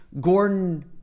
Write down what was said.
Gordon